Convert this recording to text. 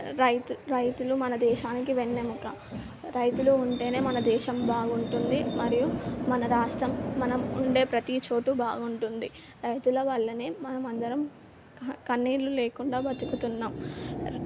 రైతు రైతులు మన దేశానికి వెన్నెముక రైతులు ఉంటేనే మన దేశం బాగుంటుంది మరియు మన రాష్ట్రం మనం ఉండే ప్రతీ చోటూ బాగుంటుంది రైతుల వల్లనే మనం అందరం క కన్నీళ్ళు లేకుండా బ్రతుకుతున్నాము